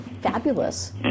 fabulous